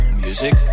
music